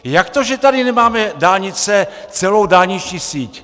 Jak to, že tady nemáme dálnice, celou dálniční síť?